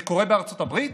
זה קורה בארצות הברית,